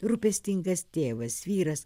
rūpestingas tėvas vyras